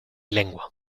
lengua